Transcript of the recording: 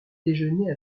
déjeuner